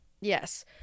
Yes